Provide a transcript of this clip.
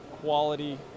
quality